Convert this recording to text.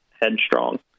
headstrong